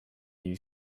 you